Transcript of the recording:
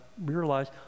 realize